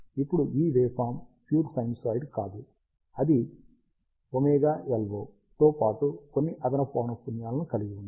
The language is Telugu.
ఇప్పుడు ఈ వేవ్ ఫాం ప్యూర్ సైన్యుసాయిడ్ కాదు అది ωLO తో పాటు కొన్ని అదనపు పౌనఃపున్యాలను కలిగి ఉంటుంది